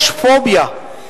יש פוביה.